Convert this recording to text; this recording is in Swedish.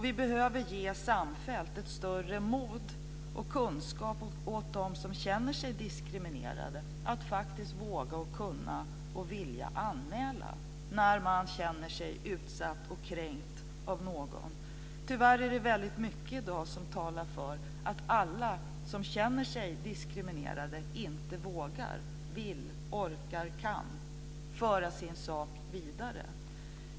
Vi behöver samfällt ge ett större mod och en större kunskap åt dem som känner sig diskriminerade att faktiskt våga, kunna och vilja anmäla när de känner sig utsatta och kränkta av någon. Tyvärr är det väldigt mycket i dag som talar för att alla som känner sig diskriminerade inte vågar, vill, orkar eller kan föra sin sak vidare.